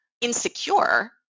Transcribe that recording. insecure